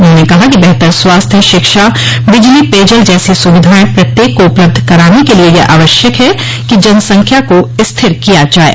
उन्होंने कहा कि बेहतर स्वास्थ्य शिक्षा बिजली पेयजल जैसी सुविधाएं प्रत्येक को उपलब्ध कराने के लिए यह आवश्यक है कि जनसंख्या को स्थिर किया जाये